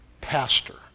pastor